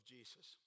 Jesus